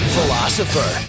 Philosopher